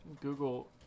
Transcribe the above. Google